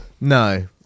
No